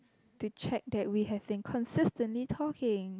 to check that we have been consistently talking